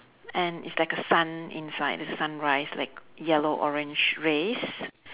and it's like a sun inside the sunrise like yellow orange rays